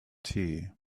tea